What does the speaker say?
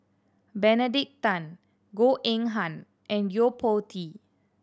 Benedict Tan Goh Eng Han and Yo Po Tee